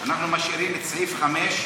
אנחנו משאירים את סעיף 5,